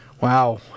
Wow